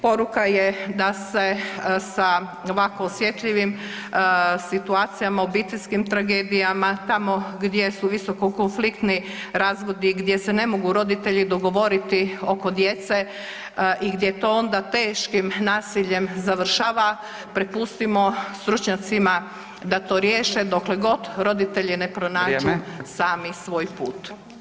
Poruka je da se sa ovako osjetljivim situacijama, obiteljskim tragedijama tamo gdje su visoko konfliktni razvodi, gdje se ne mogu roditelji dogovoriti oko djece i gdje to onda teškim nasiljem završava, prepustimo stručnjacima da to riješe dokle god roditelji ne pronađu sami svoj put.